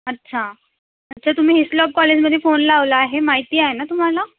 अच्छा अच्छा तुम्ही हिस्लॉप कॉलेजमध्ये फोन लावला आहे माहिती आहे ना तुम्हाला